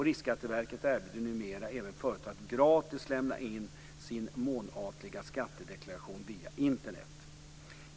Riksskatteverket erbjuder numera även företag att gratis lämna in sin månatliga skattedeklaration via Internet.